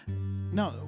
No